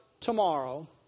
tomorrow